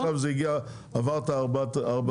עכשיו עברת 4,000 שקל.